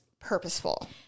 purposeful